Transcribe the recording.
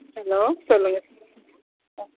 hello சொல்லுங்கள் ஆ